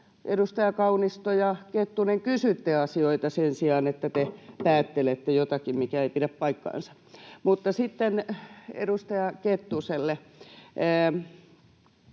edustajat Kaunisto ja Kettunen, kysytte asioita sen sijaan, että te päättelisitte jotakin, mikä ei pidä paikkaansa. Mutta sitten edustaja Kettuselle